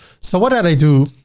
so what did i do?